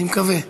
אני מקווה.